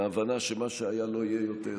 ההבנה שמה שהיה לא יהיה יותר,